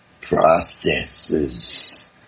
processes